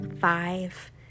five